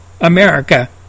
America